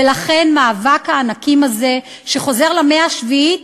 ולכן, מאבק הענקים הזה, שחוזר למאה השביעית,